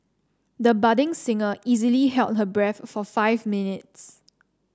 the budding singer easily held her breath for five minutes